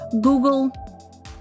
Google